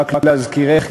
רק להזכירך,